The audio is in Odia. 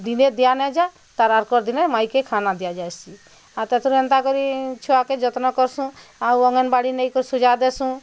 ଦିନେ ଦିଆ ନାଇଁଯାଏ ତାର୍ ଆରକର୍ ଦିନେ ମାଇକେ ଖାନା ଦିଆଯାଏସି ଆର୍ ତେଥରୁଁ ହେନ୍ତା କରି ଛୁଆକେ ଯତ୍ନ କରସୁଁ ଆଉ ଅଙ୍ଗନବାଡ଼ି ନେଇକରି ସୁଜା ଦେସୁଁ